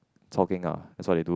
chao geng ah that's what they do